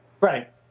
Right